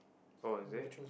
oh is it